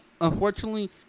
unfortunately